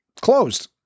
closed